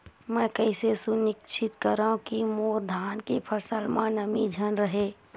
मैं कइसे सुनिश्चित करव कि मोर धान के फसल म नमी झन रहे?